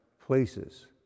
places